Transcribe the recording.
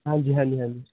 ਹਾਂਜੀ ਹਾਂਜੀ ਹਾਂਜੀ